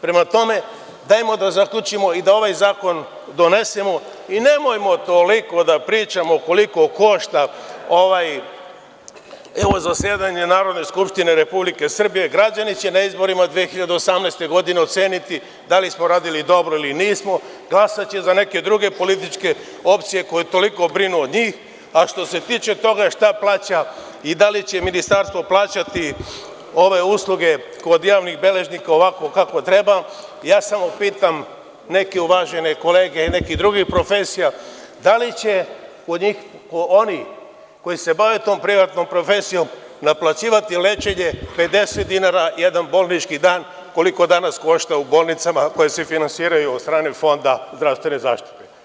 Prema tome, ajmo da zaključimo i da ovaj zakon donesemo i nemojmo toliko da pričamo koliko košta ovo zasedanje Narodne skupštine Republike Srbije, građani će na izborima 2018. godine oceniti da li smo radili dobro ili nismo, glasaće za neke druge političke opcije koje toliko brinu o njima, a što se tiče toga šta plaća i da li će Ministarstvo plaćati ove usluge kod javnih beležnika ovako kako treba, ja samo pitam neke uvažene kolege iz nekih drugih profesija, da li će oni koji se bave tom privatnom profesijom naplaćivati lečenje 50 dinara jedan bolnički dan, koliko danas košta u bolnicama koje se finansiraju od strane Fonda zdravstvene zaštite?